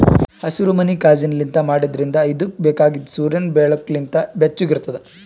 ಹಸಿರುಮನಿ ಕಾಜಿನ್ಲಿಂತ್ ಮಾಡಿದ್ರಿಂದ್ ಇದುಕ್ ಬೇಕಾಗಿದ್ ಸೂರ್ಯನ್ ಬೆಳಕು ಲಿಂತ್ ಬೆಚ್ಚುಗ್ ಇರ್ತುದ್